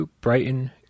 brighton